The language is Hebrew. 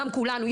גם כולנו,